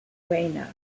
buena